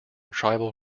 tribal